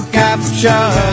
capture